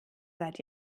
seit